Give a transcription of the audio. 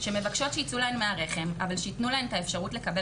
שמבקשות שייצאו להן מהרחם אבל שיתנו להן את האפשרות לקבל